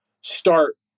start